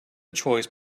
choice